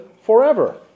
forever